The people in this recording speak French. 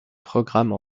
programmes